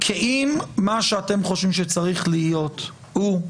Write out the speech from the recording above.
כי אם מה שאתם חושבים שצריך להיות הוא,